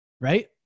right